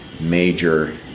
major